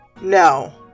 no